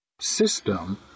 system